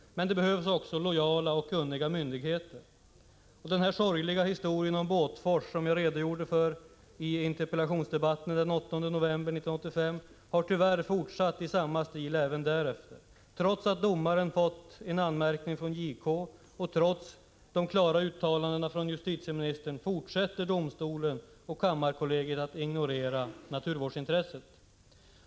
Men det behövs också lojala och kunniga myndigheter. Den sorgliga historien om Båtforsen som jag redogjorde för i interpellationsdebatten den 8 november 1985 har tyvärr fortsatt i samma stil. Trots att domaren har fått en anmärkning av JK och trots de klara uttalandena från justitieministern fortsätter domstolen och kammarkollegiet att ignorera naturvårdsintressena.